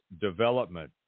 development